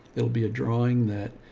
it'll be a drawing that,